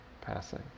passing